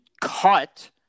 cut